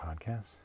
podcast